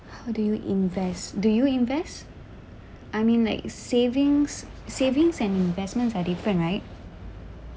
how do you invest do you invest I mean like savings savings and investments are different right